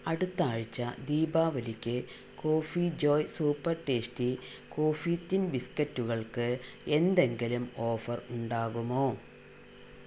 അടുത്ത ആഴ്ച ദീപാവലിക്ക് Coffee Joy super tasty coffee thin ബിസ്കറ്റുകൾക്ക് എന്തെങ്കിലും ഓഫർ ഉണ്ടാകുമോ